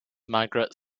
margaret